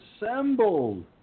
assembled